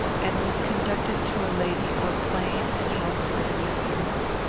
and was conducted to a lady of a plain and housewifely appearance.